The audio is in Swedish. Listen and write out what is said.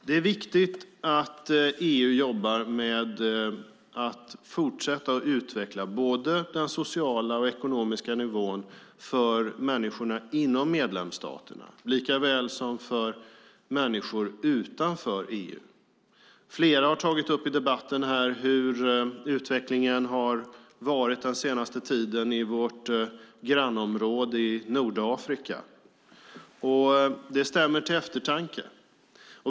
Det är viktigt att EU jobbar med att fortsätta utveckla både den sociala och den ekonomiska nivån för människorna inom medlemsstaterna likaväl som för människor utanför EU. Flera har här i debatten tagit upp hur utvecklingen har varit den senaste tiden i vårt grannområde i Nordafrika. Det stämmer till eftertanke.